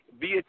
via